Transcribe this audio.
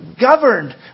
governed